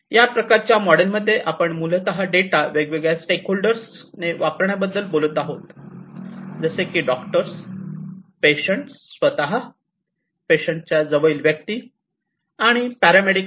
तर ह्या प्रकारच्या मॉडेलमध्ये आपण मूलतः डेटा वेगवेगळ्या स्टेक होल्डर्सने वापरण्याबद्दल बोलत आहोत जसे की डॉक्टर्स पेशंट स्वतः पेशंटच्या जवळील व्यक्ती आणि पॅरामेडिक